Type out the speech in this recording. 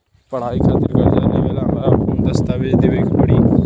पढ़ाई खातिर कर्जा लेवेला हमरा कौन दस्तावेज़ देवे के पड़ी?